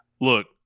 Look